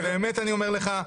באמת אני אומר לך.